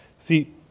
See